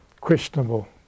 questionable